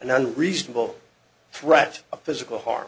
an unreasonable threat of physical harm